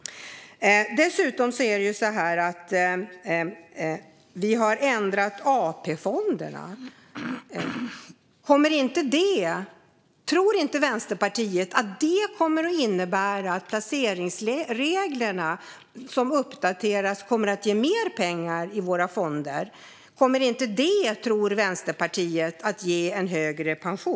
Dessutom har vi ändrat AP-fonderna. Tror inte Vänsterpartiet att det kommer att innebära att placeringsreglerna som uppdateras ger mer pengar i våra fonder? Tror inte Vänsterpartiet att det kommer att ge högre pension?